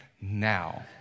now